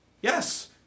Yes